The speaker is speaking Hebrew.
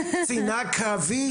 קצינה קרבית,